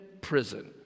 prison